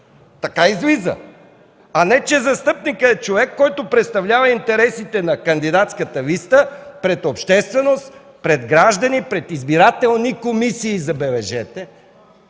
Така излиза! А не, че застъпникът е човек, който представлява интересите на кандидатската листа пред общественост, пред граждани, пред избирателни комисии, забележете,